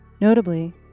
Notably